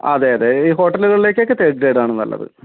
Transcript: അതെ അതെ ഈ ഹോട്ടലുകളിലേക്കൊക്കെ തേർഡ് ഗ്രേഡാണ് നല്ലത്